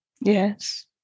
Yes